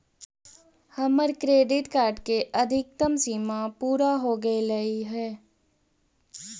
हमर credit card के अधिकतम सीमा पूरा हो गेलई हे